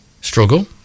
struggle